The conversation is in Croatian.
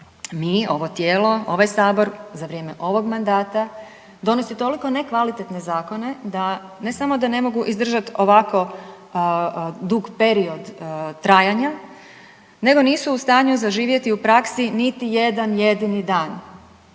Mi, ovo tijelo, ovaj Sabor za vrijeme ovog mandata donosi toliko nekvalitetne zakone da, ne samo da ne mogu izdržati ovako dug period trajanja, nego nisu u stanju zaživjeti u praksi niti jedan jedini dan.